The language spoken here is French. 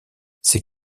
ces